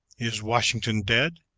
is washington dead?